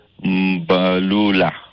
Mbalula